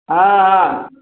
हाँ हाँ